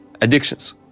addictions